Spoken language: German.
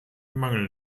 mangel